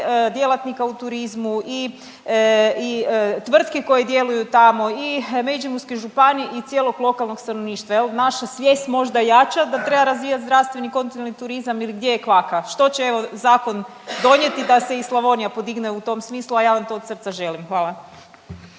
djelatnika u turizmu i tvrtke koje djeluju tamo i Međimurske županije i cijelog lokalnog stanovništva. Jel naša svijet možda jača da treba razvijat zdravstveni kontinentalni turizam ili gdje je kvaka? Što će evo zakon i donijeti da se i Slavonija podigne u tom smislu, a ja vam to od srca želim. Hvala.